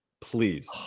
please